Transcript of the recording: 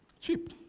cheap